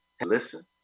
Listen